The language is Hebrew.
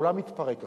העולם מתפרק עכשיו.